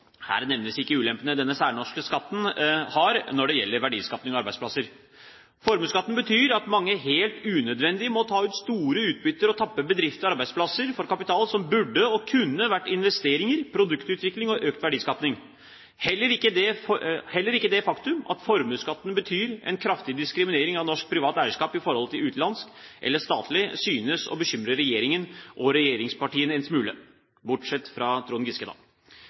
Her nevnes ikke ulempene denne særnorske skatten har når det gjelder verdiskaping og arbeidsplasser. Formuesskatten betyr at mange helt unødvendig må ta ut store utbytter og tappe bedrifter og arbeidsplasser for kapital, som burde og kunne vært brukt på investeringer, produktutvikling og økt verdiskaping. Heller ikke det faktum at formuesskatten betyr en kraftig diskriminering av norsk privat eierskap i forhold til utenlandsk eller statlig, synes å bekymre regjeringen og regjeringspartiene en smule – bortsett fra Trond